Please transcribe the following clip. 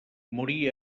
morí